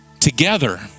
together